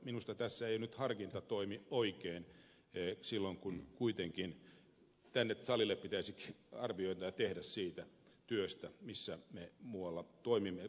minusta tässä ei nyt harkinta toimi oikein silloin kun kuitenkin salille pitäisi arviointeja tehdä siitä työstä jota me muualla teemme kansanedustajan tehtäviä suorittaen